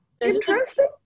interesting